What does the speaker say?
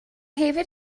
hefyd